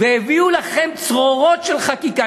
והביאו לכם צרורות של חקיקה,